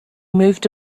moved